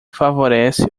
favorece